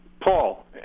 paul